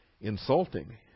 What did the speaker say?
insulting